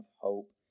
hope